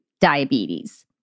diabetes